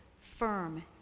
firm